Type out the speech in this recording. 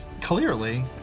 Clearly